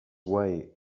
way